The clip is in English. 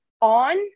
on